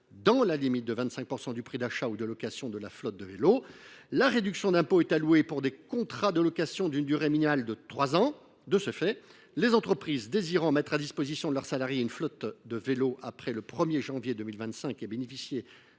dans la limite de 25 % du prix d’achat ou de location de la flotte de vélos. Or la réduction d’impôt est allouée pour des contrats de location d’une durée minimale de trois ans. De ce fait, les entreprises désirant mettre à disposition de leurs salariés une flotte de vélos après le 1 janvier 2025 et bénéficier